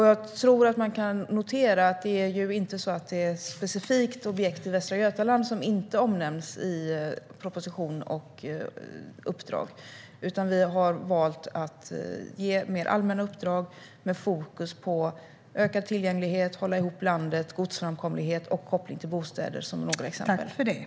Jag tror att man kan notera att det inte är specifikt objekt i Västra Götaland som inte omnämns i proposition och uppdrag, utan vi har valt att ge mer allmänna uppdrag med fokus på ökad tillgänglighet, godsframkomlighet, koppling till bostäder och att hålla ihop landet som några exempel.